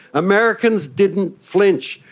americans didn't flinch.